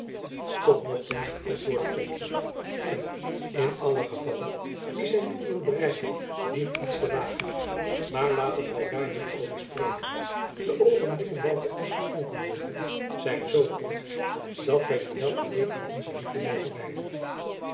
tot nog toe niet antwoordde thomson en in allen gevalle wie zijn doel wil bereiken dient iets te wagen maar laten wy daar niet over spreken de oogenblikken welke ons geschonken worden zijn zoo kort dat wy die wel alleen aan onze liefde mogen wijden